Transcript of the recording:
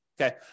Okay